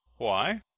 why,